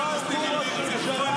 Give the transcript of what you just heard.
לא הרגו ראש ממשלה?